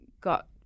got